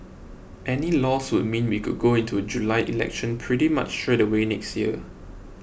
any loss would mean we could go into a July election pretty much straight away next year